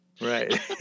Right